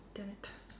damn it